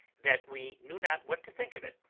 that we knew not what to think of it.